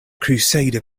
crusader